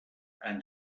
han